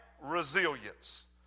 resilience